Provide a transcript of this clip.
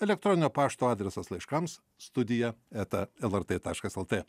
elektroninio pašto adresas laiškams studija eta lrt taškas lt